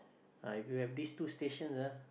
ah if you have these two stations ah